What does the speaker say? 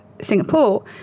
Singapore